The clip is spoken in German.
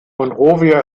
monrovia